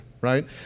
right